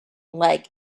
leg